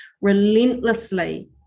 relentlessly